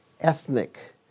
ethnic